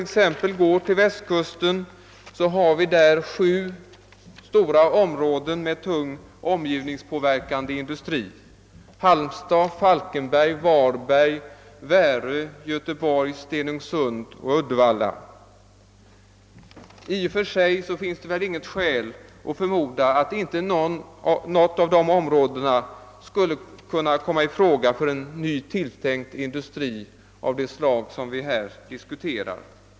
Exempelvis på västkusten har man sju stora områden med tung omgivningspåverkande industri: Halmstad, Falkenberg, Varberg, Värö, Göteborg, Stenungsund och Uddevalla. I och för sig finns det väl inget skäl förmoda att inte något av dessa områden skulle kunna komma i fråga för en tilltänkt industri av det slag som vi här diskuterar.